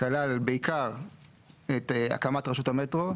כלל בעיקר את הקמת רשות המטרו,